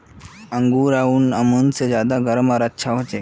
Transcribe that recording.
angora ऊन आम ऊन से ज्यादा गर्म आर हल्का ह छे